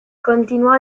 continuò